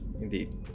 Indeed